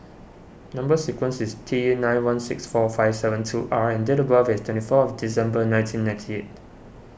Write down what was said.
Number Sequence is T nine one six four five seven two R and date of birth is twenty fourth December nineteen ninety eight